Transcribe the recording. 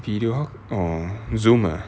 video or zoom ah